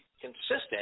consistent